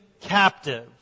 captive